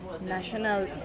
national